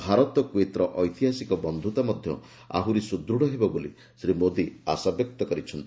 ଭାରତ କୁଏତ୍ର ଐତିହାସିକ ବନ୍ଧୁତା ମଧ୍ୟ ଆହୁରି ସୁଦୃଢ ହେବ ବୋଲି ଶ୍ରୀ ମୋଦୀ ଆଶାବ୍ୟକ୍ତ କରିଛନ୍ତି